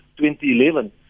2011